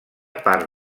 part